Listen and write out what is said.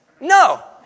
No